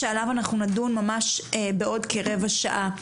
שעליו אנחנו נדון ממש בעוד כרבע שעה,